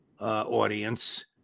audience